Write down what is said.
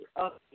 Okay